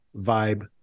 vibe